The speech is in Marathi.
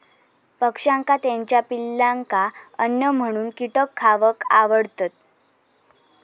पक्ष्यांका त्याच्या पिलांका अन्न म्हणून कीटक खावक आवडतत